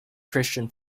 christian